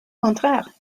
contraire